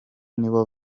nibo